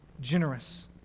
generous